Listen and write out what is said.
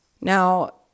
Now